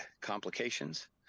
complications